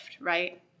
right